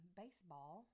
baseball